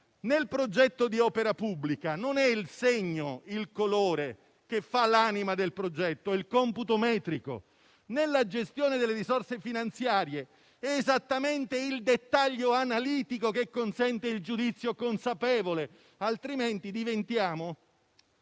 Nel progetto di opera pubblica non è il segno, il colore, a fare l'anima del progetto, ma il computo metrico. Nella gestione delle risorse finanziarie è esattamente il dettaglio analitico che consente il giudizio consapevole, altrimenti diventiamo